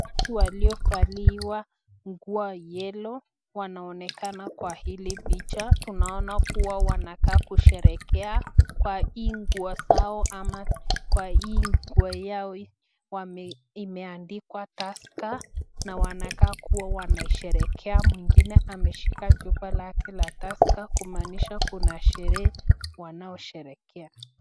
Watu waliovaliwa nguo yellow ,wanaonekana kwa hili picha, tunaona kuwa wanakaa kusherekea kwa hii nguo zao, ama kwa hii nguo yao imeandikwa tusker, na wanakaa kuwa wanasherekea mwingine ameshika chupa lake la tusker, kumaanisha kuna sherehe wanao sherekea.